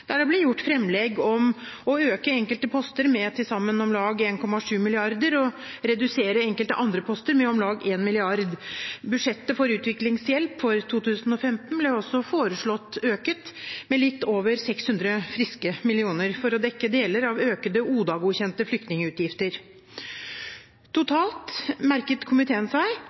der det ble gjort fremlegg om å øke enkelte poster med til sammen om lag 1,7 mrd. kr og redusere enkelte andre poster med om lag 1 mrd. kr. Budsjettet for utviklingshjelp for 2015 ble også foreslått økt med litt over 600 «friske» millioner for å dekke deler av økte ODA-godkjente flyktningutgifter.